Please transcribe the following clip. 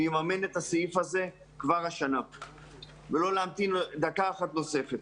יממן את הסעיף הזה כבר השנה ולא להמתין דקה אחת נוספת.